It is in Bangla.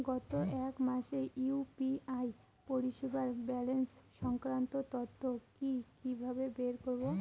গত এক মাসের ইউ.পি.আই পরিষেবার ব্যালান্স সংক্রান্ত তথ্য কি কিভাবে বের করব?